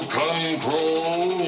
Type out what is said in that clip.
control